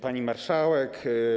Pani Marszałek!